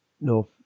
No